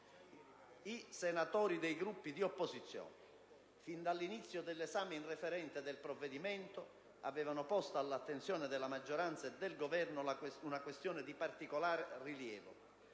I senatori dei Gruppi di opposizione, fin dall'inizio dell'esame in sede referente del provvedimento, avevano posto all'attenzione della maggioranza e del Governo una questione di particolare rilievo,